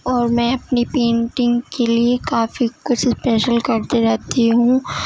اور میں اپنی پینٹنگ کے لیے کافی کچھ اسپیشل کرتی رہتی ہوں